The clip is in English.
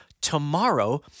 tomorrow